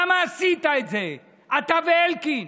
למה עשית את זה, אתה ואלקין?